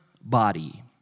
body